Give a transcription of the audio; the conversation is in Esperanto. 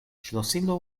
ŝlosilo